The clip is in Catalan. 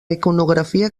iconografia